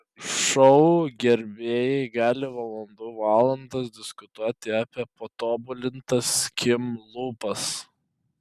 šou gerbėjai gali valandų valandas diskutuoti apie patobulintas kim lūpas